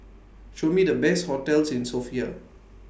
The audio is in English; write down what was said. Show Me The Best hotels in Sofia